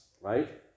right